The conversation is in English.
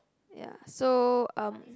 ya so um